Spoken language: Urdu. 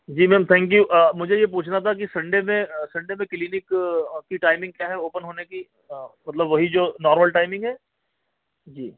جی میم تھینک یو مجھے یہ پوچھنا تھا کہ سنڈے میں سنڈے میں کلینک آپ کی ٹائمنگ کیا ہے اوپن ہونے کی مطلب وہی جو نارمل ٹائمنگ ہے جی